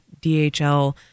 DHL